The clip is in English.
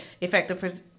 effective-